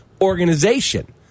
organization